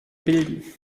bilden